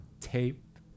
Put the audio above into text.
tape